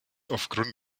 aufgrund